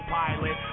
pilot